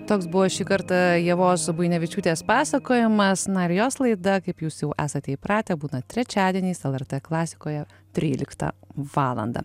toks buvo šį kartą ievos buinevičiūtės pasakojamas na ir jos laida kaip jūs jau esate įpratę būna trečiadieniais lrt klasikoje tryliktą valandą